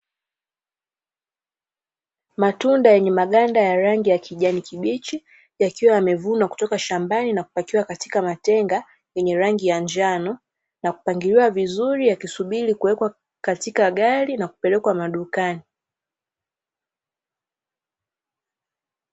Matunda yenye maganda ya rangi ya kijani kibichi, yakiwa yamevunwa kutoka shambani na kupakiwa katika matenga yenye rangi ya njano na kupangiliwa vizuri, yakisubiri kuwekwa katika gari na kupelekwa madukani.